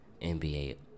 NBA